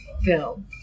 film